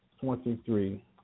twenty-three